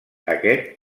aquest